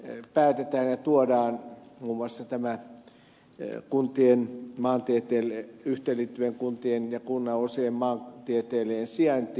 yksityiskohtia päätetään ja tuodaan muun muassa tämä yhteenliittyvien kuntien ja kunnanosien maantieteellinen sijainti